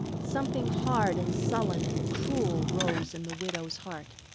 something hard and sullen and cruel rose in the widow's heart,